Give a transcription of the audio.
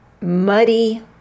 muddy